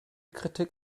kritik